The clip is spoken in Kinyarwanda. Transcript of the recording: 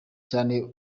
cyane